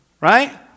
Right